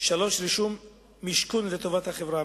3. רישום משכון לטובת החברה המפירה,